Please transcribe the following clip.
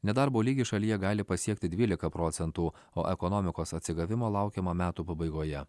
nedarbo lygis šalyje gali pasiekti dvyliką procentų o ekonomikos atsigavimo laukiama metų pabaigoje